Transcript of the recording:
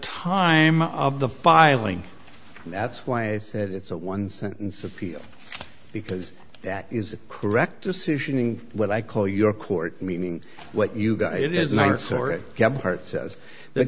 time of the filing and that's why i said it's a one sentence appeal because that is the correct decision in what i call your court meaning what you got it is